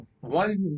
One